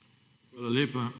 Hvala lepa.